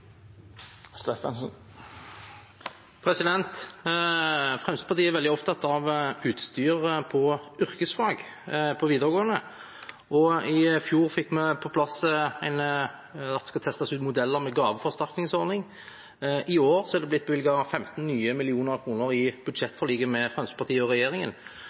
Fremskrittspartiet er veldig opptatt av utstyr på yrkesfag på videregående. I fjor fikk vi på plass at det skulle testes ut modeller med gaveforsterkningsordning. I år er det blitt bevilget nye 15 mill. kr i budsjettforliket mellom Fremskrittspartiet og